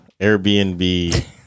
Airbnb